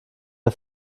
der